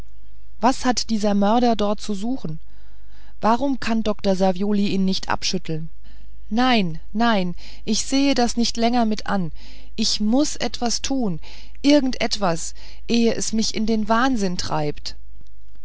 was hat dieser mörder dort zu suchen warum kann dr savioli ihn nicht abschütteln nein nein ich sehe das nicht länger mit an ich muß etwas tun irgend etwas ehe es mich in den wahnsinn treibt